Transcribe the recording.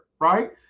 right